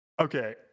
Okay